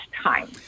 time